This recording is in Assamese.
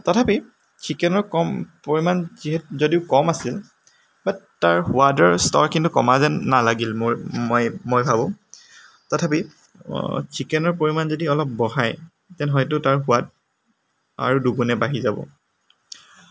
তথাপি ছিকেনৰ কম পৰিমাণ যদিও কম আছিল বাত তাৰ সোৱাদৰ স্তৰ কিন্তু কমা যেন নালাগিল মোৰ মই মই ভাৱোঁ তথাপি ছিকেনৰ পৰিমাণ যদি অলপ বঢ়ায় দেন হয়তো তাৰ সোৱাদ আৰু দুগুণে বাঢ়ি যাব